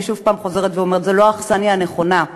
אני שוב חוזרת ואומרת: זו לא האכסניה הנכונה,